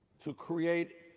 to create